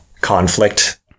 conflict